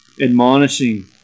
admonishing